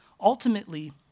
ultimately